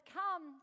come